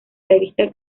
revista